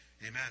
Amen